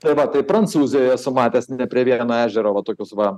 tai va tai prancūzijoj esu matęs ne prie vieno ežero va tokius va